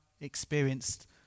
experienced